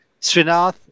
Srinath